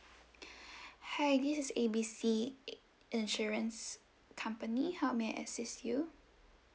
hi this is A B C insurance company how may I assist you